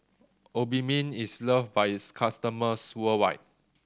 Obimin is loved by its customers worldwide